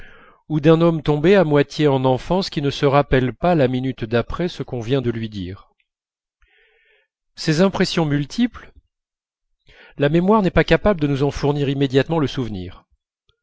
ou d'un homme tombé à moitié en enfance qui ne se rappelle pas la minute d'après ce qu'on vient de lui dire ces impressions multiples la mémoire n'est pas capable de nous en fournir immédiatement le souvenir